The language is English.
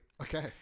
Okay